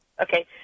Okay